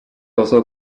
also